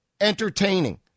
entertaining